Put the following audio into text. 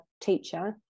teacher